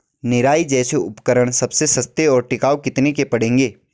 निराई जैसे उपकरण सबसे सस्ते और टिकाऊ कितने के पड़ेंगे?